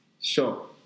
Sure